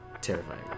Terrifying